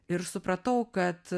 ir supratau kad